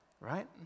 Right